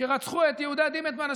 שרצחו את יהודה דימנטמן,